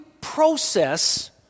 process